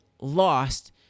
lost